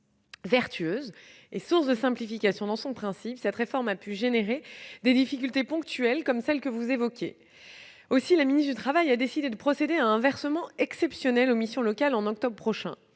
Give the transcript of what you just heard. Vertueuse et source de simplification dans son principe, cette réforme a pu entraîner des difficultés ponctuelles comme celles que vous évoquez. Aussi la ministre du travail a décidé de procéder à un versement exceptionnel aux missions locales en octobre prochain.